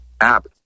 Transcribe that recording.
App